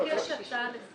המוסריים,